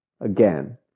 again